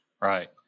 Right